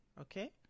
Okay